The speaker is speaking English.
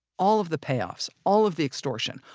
all of the payoffs, all of the extortion,